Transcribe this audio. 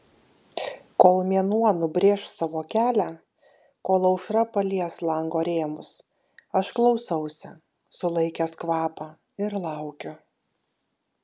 kol mėnuo nubrėš savo kelią kol aušra palies lango rėmus aš klausausi sulaikęs kvapą ir laukiu